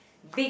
big